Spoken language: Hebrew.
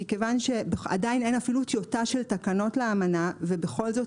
מכיוון שעדיין אין אפילו טיוטה של תקנות לאמנה ובכל זאת